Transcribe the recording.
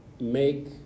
make